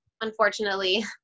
unfortunately